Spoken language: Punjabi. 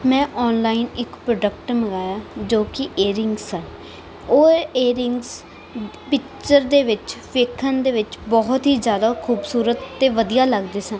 ਮੈਂ ਆਨਲਾਈਨ ਇੱਕ ਪ੍ਰੋਡਕਟ ਮੰਗਾਇਆ ਜੋ ਕਿ ਏਅਰਿੰਗ ਸਨ ਔਰ ਏਅਰਿੰਗਸ ਪਿੱਕਚਰ ਦੇ ਵਿੱਚ ਵੇਖਣ ਦੇ ਵਿੱਚ ਬਹੁਤ ਹੀ ਜ਼ਿਆਦਾ ਖੂਬਸੂਰਤ ਅਤੇ ਵਧੀਆ ਲੱਗਦੇ ਸਨ